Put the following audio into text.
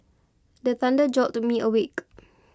the thunder jolt me awake